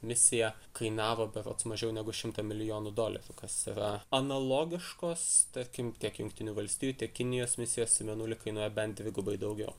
misija kainavo berods mažiau negu šimtą milijonų dolerių kas yra analogiškos tarkim tiek jungtinių valstijų tiek kinijos misijos į mėnulį kainuoja bent dvigubai daugiau